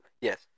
Yes